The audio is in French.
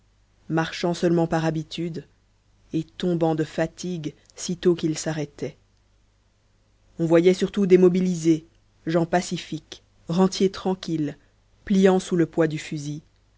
marchant seulement par habitude et tombant de fatigue sitôt qu'ils s'arrêtaient on voyait surtout des mobilisés gens pacifiques rentiers tranquilles pliant sous le poids du fusil